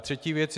Třetí věc.